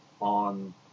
on